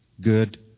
good